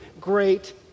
great